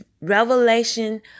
revelation